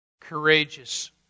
Courageous